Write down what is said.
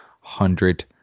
hundred